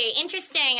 Interesting